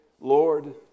Lord